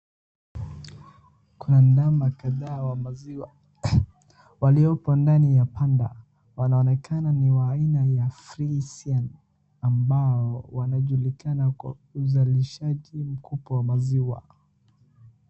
Kuna ndama kadhaa wa maziwa waliopo ndani ya panda. Wanaonekana ni wa aina ya friesian ambayo wanajulikana kwa uzalishaji mkubwa wa maziwa.